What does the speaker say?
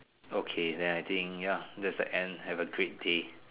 okay then I think ya that's the end have a great day